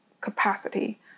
capacity